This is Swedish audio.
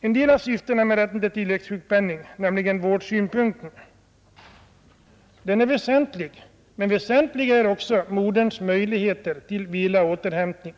en del av syftet med tilläggssjukpenningen, nämligen vårdsynpunkten, Den är väsentlig liksom också moderns möjligheter till vila och återhämtning.